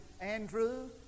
Andrew